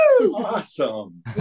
Awesome